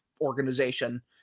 organization